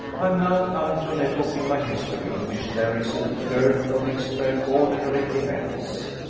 i am now come to an epoch in my history in which there is a dearth of extraordinary events.